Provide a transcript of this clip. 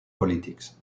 politics